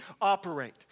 operate